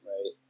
Right